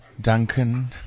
Duncan